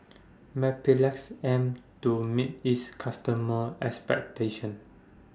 Mepilex aims to meet its customers' expectations